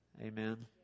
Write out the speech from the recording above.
Amen